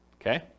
Okay